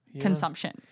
consumption